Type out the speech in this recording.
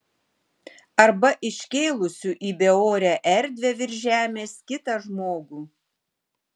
arba iškėlusių į beorę erdvę virš žemės kitą žmogų